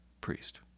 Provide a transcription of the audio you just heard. priest